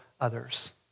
others